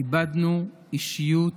איבדנו אישיות